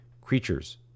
creatures